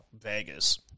Vegas